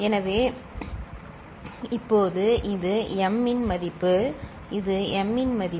எனவே இப்போது இது m இன் மதிப்பு இது m இன் மதிப்பு